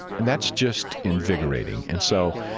and that's just invigorating and so,